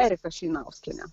erika šeinauskienė